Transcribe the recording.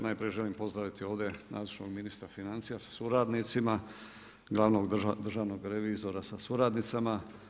Najprije želim pozdraviti ovdje nazočnog ministra financija sa suradnicima, glavnog državnog revizora sa suradnicama.